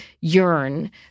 yearn